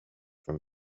for